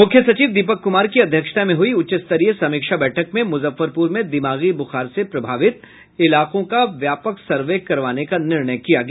मुख्य सचिव दीपक कुमार की अध्यक्षता में हुई उच्चस्तरीय समीक्षा बैठक में मुजफ्फरपुर में दिगामी बुखार से प्रभावित इलाकों का व्यापक सर्वे करवाने का निर्णय किया गया